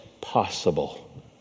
Possible